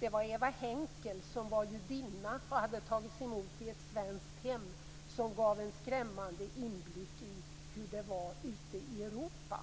Det var Eva Henckel, som var judinna och tagits emot i ett svenskt hem, som gav en skrämmande inblick i hur det var ute i Europa.